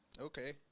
Okay